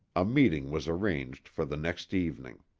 a meeting was arranged for the next evening.